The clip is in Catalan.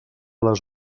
les